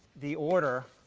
the order